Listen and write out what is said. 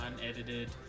unedited